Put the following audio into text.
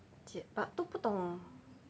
解 but 都不懂